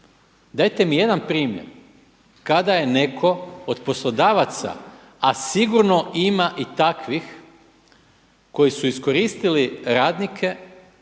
Dajte mi jedan primjer kada je netko od poslodavaca a sigurno ima i takvih koji su iskoristili radnike,